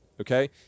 okay